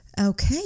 Okay